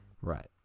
Right